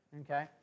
Okay